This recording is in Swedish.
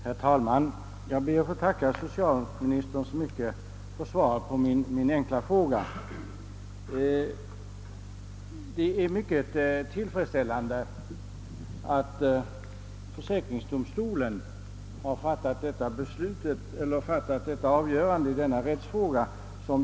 Herr talman! Jag ber att få tacka socialministern för svaret på min enkla fråga. Det är mycket tillfredsställande att försäkringsdomstolen har fattat ett sådant avgörande i denna rättsfråga.